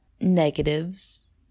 negatives